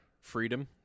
freedom